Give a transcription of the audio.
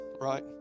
right